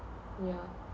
yeah